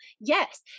yes